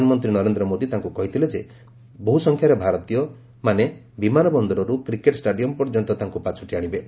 ପ୍ରଧାନମନ୍ତ୍ରୀ ନରେନ୍ଦ ମୋଦି ତାଙ୍କ କହିଥିଲେ ଯେ ତାଙ୍କ ବହୁସଂଖ୍ୟାରେ ଭାରତୀୟ ବିମାନ ବନ୍ଦରରୁ କ୍ରିକେଟ୍ ଷ୍ଟାଡିୟମ୍ ପର୍ଯ୍ୟନ୍ତ ପାଛୋଟି ଆଣିବେ